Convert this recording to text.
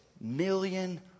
million